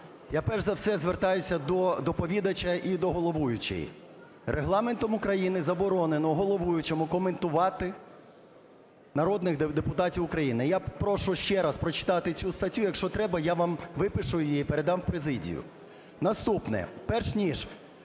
Я, перш за все, звертаюся до доповідача і до головуючої. Регламентом України заборонено головуючому коментувати народних депутатів України. Я прошу ще раз прочитати цю статтю, якщо треба, я вам випишу її і передам в президію. Наступне. Перш ніж